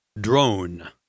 drone